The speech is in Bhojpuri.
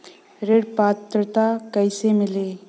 ऋण पात्रता कइसे मिली?